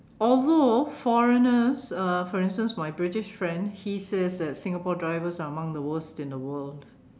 although foreigners uh for instance my British friend he says that Singapore drivers are the among the worst in the world